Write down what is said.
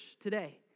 today